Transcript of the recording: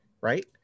right